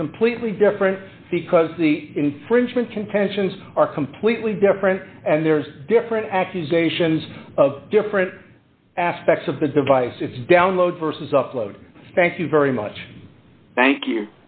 be completely different because the infringement contentions are completely different and there's different accusations of different aspects of the device it's download vs upload thank you very much thank you